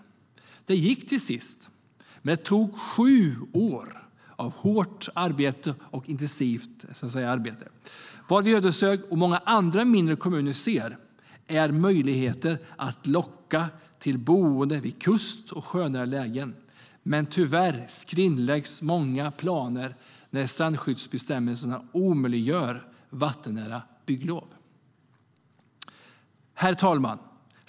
Det gick till sist, men det tog sju år av hårt och intensivt arbete. Vad vi i Ödeshög och många andra mindre kommuner ser är möjligheter att locka till boende i kust och sjönära lägen, men tyvärr skrinläggs många planer när strandskyddsbestämmelserna omöjliggör vattennära bygglov. Herr talman!